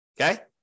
okay